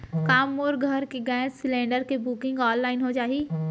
का मोर घर के गैस सिलेंडर के बुकिंग ऑनलाइन हो जाही?